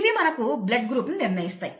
ఇవి మనకు blood group ను నిర్ణయిస్తాయి